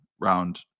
round